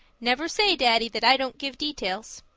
never say, daddy, that i don't give details.